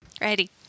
ready